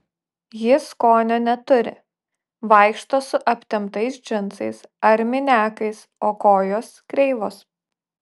ji skonio neturi vaikšto su aptemptais džinsais ar miniakais o kojos kreivos